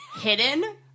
hidden